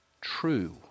true